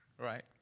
right